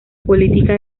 política